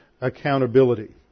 accountability